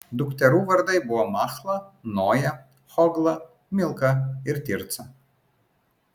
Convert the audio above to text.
dukterų vardai buvo machla noja hogla milka ir tirca